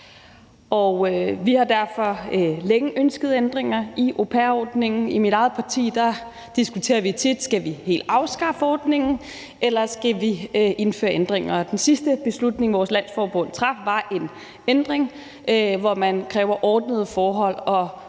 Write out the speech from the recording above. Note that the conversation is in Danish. vi har derfor længe ønsket ændringer i au pair-ordningen. I mit eget parti diskuterer vi tit, om vi helt skal afskaffe ordningen, eller om vi skal indføre ændringer. Den sidste beslutning, vores landsforbund traf, var en ændring, hvor man kræver ordnede forhold og løn